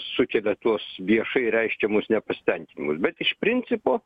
sukelia tuos viešai reiškiamus nepasitenkinimus bet iš principo